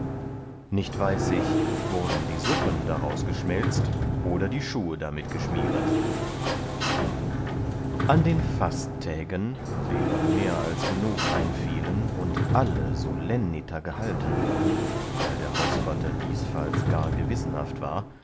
nicht weiß ich wurden die suppen daraus geschmälzt oder die schuhe damit geschmieret an den fasttägen deren mehr als genug einfielen und alle solenniter gehalten wurden weil der hausvatter diesfalls gar gewissenhaft war